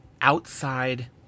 outside